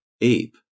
ape